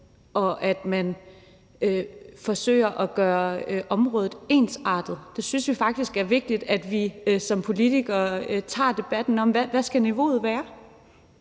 krav og forsøger at gøre området ensartet. Vi synes faktisk, det er vigtigt, at vi som politikere tager debatten om, hvad niveauet skal være.